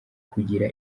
kugira